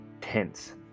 tense